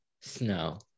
snow